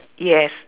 yes